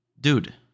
dude